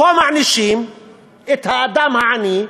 פה מענישים את האדם העני,